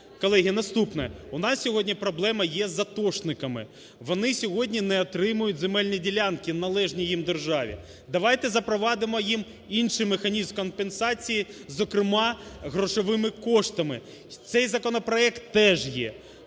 Колеги, наступне. У нас сьогодні проблема є з атошниками, вони сьогодні не отримають земельні ділянки, належні їм державі. Давайте запровадимо їм інший механізм компенсації, зокрема, грошовими коштами. Цей законопроект теж є.